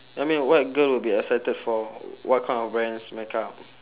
I mean what girl will be excited for what kind of brands makeup